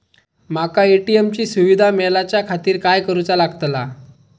माका ए.टी.एम ची सुविधा मेलाच्याखातिर काय करूचा लागतला?